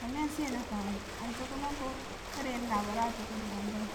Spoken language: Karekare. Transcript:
﻿Kamen sena ka bai ance ku nankau karena na bara kudi bai